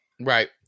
Right